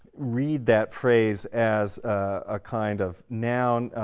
read that phrase as a kind of noun,